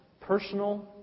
personal